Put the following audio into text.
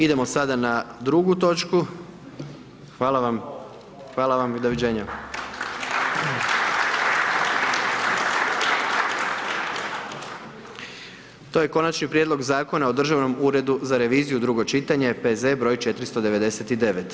Idemo sada na drugu točku, hvala vam, hvala vam i doviđenja. … To je Konačni prijedlog Zakona o državnom uredu za reviziju, drugo čitanje, P.Z. br. 499.